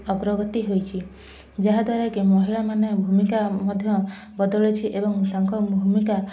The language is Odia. ଅଗ୍ରଗତି ହେଉଛି ଯାହାଦ୍ଵାରା କି ମହିଳା ମାନେ ଭୂମିକା ମଧ୍ୟ ବଦଳିଛି ଏବଂ ତାଙ୍କ ଭୂମିକା